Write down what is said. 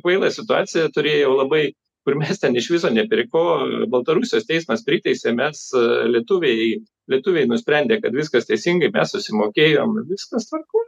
kvailą situaciją turėjau labai kur mes ten iš viso ne prie ko baltarusijos teismas priteisė mes lietuviai lietuviai nusprendė kad viskas teisingai mes susimokėjom viskas tvarkoj